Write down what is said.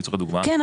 כן,